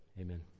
Amen